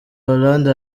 hollande